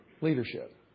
leadership